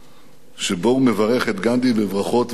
שבו הוא מברך את גנדי בברכות ואיחולים,